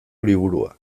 liburua